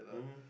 mmhmm